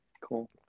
cool